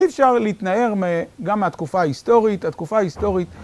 אי אפשר להתנער גם מהתקופה ההיסטורית, התקופה ההיסטורית...